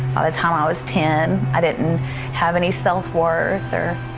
the time i was ten. i didn't have any self-worth or